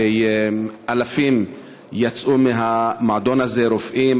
ואלפים יצאו מהמועדון הזה: רופאים,